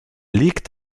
liegt